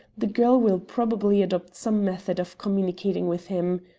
the girl will probably adopt some method of communicating with him,